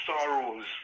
sorrows